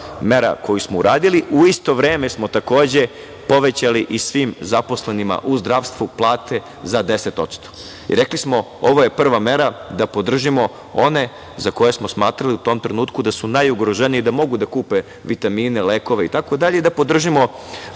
mera koju smo uradili, u isto vreme smo takođe povećali i svim zaposlenima u zdravstvu plate za 10%. Rekli smo – ovo je prva mera da podržimo one za koje smo smatrali u tom trenutku da su najugroženiji, da mogu da kupe vitamine, lekove itd, i da podržimo